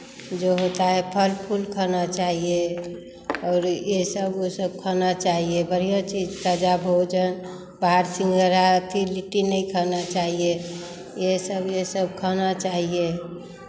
जो होता है फल फूल खाना चाहिए और ये सब वो सब खाना चाहिए बढ़ियाँ चीज़ ताज़ा भोजन बाहर सिंघारा अथि लिट्टी नहीं खाना चाहिए ये सब ये सब खाना चाहिए